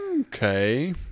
okay